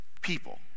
people